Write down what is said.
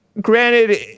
granted